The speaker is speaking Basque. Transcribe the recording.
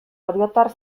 oriotar